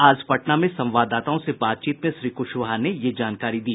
आज पटना में संवाददाताओं से बातचीत में श्री कुशवाहा ने यह जानकारी दी